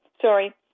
sorry